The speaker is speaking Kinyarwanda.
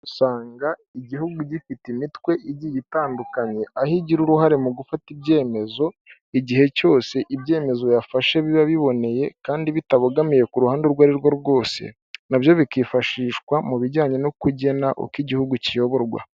Usanga igihugu gifite imitwe igiye itandukanye, aho igira uruhare mu gufata ibyemezo igihe cyose ibyemezo yafashe biba biboneye kandi bitabogamiye ku ruhande urwo ari rwo rwose, nabyo bikifashishwa mu bijyanye no kugena uko igihugu kiyoborwa.